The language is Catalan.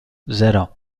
zero